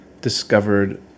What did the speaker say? discovered